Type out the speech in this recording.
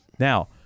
Now